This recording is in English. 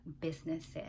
businesses